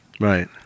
Right